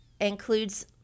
includes